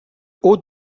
haut